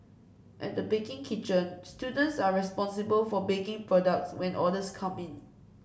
at the baking kitchen students are responsible for baking products when orders come in